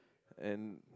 and